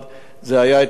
זה היה פשוט אתמול בלילה,